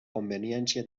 conveniència